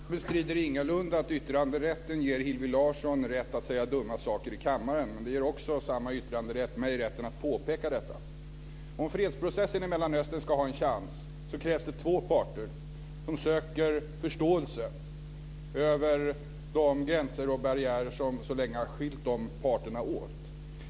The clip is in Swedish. Fru talman! Jag bestrider ingalunda att yttrandefriheten ger Hillevi Larsson rätt att säga dumma saker i kammaren. Men samma yttrandefrihet ger också mig rätten att påpeka detta. Om fredsprocessen i Mellanöstern ska ha en chans krävs det två parter som söker förståelse över de gränser och barriärer som så länge har skilt dessa parter åt.